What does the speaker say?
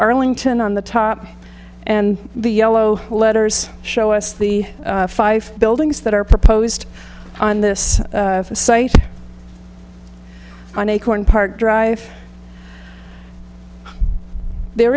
arlington on the top and the yellow letters show us the five buildings that are proposed on this site on acorn park drive there